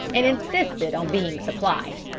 and insisted on being supplied.